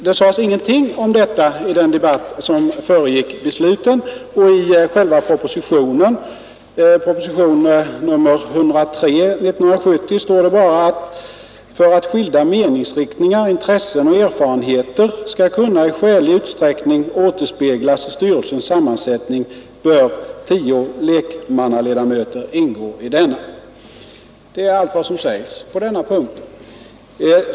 Det sades ingenting om detta i den debatt som föregick besluten, och i propositionen 103 år 1970 står bara: För att skilda meningsriktningar, intressen och erfarenheter skall kunna i skälig utsträckning återspeglas i styrelsens sammansättning bör tio lekmannaledamöter ingå i denna. Det är allt vad som sägs på denna punkt.